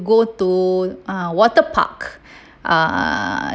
go to uh water park uh